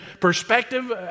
perspective